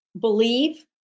believe